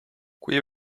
kui